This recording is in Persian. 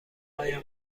آیا